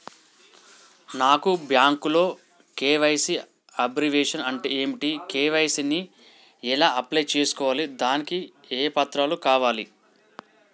నాకు బ్యాంకులో KYC abbreviation అంటే ఏంటి కే.వై.సీ ని ఎలా అప్లై చేసుకోవాలి దానికి ఏ పత్రాలు కావాలి?